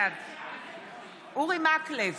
בעד אורי מקלב,